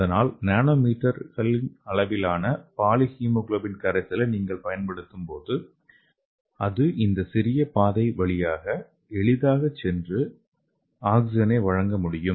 ஆனால் நானோமீட்டர்களின் அளவிலான பாலிஹெமோகுளோபின் கரைசலை நீங்கள் பயன்படுத்தும்போது அது இந்த சிறிய பாதை வழியாக எளிதாக சென்று இது ஆக்ஸிஜனை வழங்க முடியும்